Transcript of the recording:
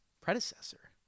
predecessor